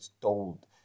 told